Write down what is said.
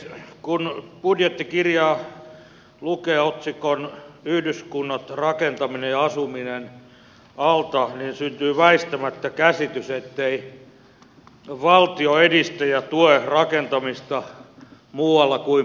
kun budjettikirjaa lukee otsikon yhdyskunnat rakentaminen ja asuminen alta syntyy väistämättä käsitys ettei valtio edistä ja tue rakentamista muualla kuin pääkaupunkiseudulla